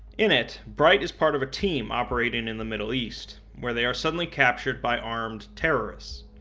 in it, bright is part of a team operating in the middle-east, when they are suddenly captured by armed terrorists.